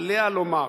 עליה לומר.